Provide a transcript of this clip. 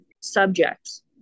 subjects